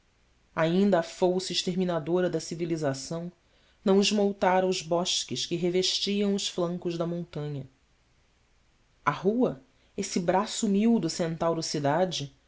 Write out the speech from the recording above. a fouce exterminadora da civilização não esmoutara os bosques que revestiam os flancos da montanha a rua esse braço mil do centauro cidade